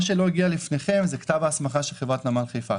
מה שלא הגיע לפניכם הוא כתב ההסמכה של חברת נמל חיפה.